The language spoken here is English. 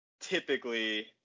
typically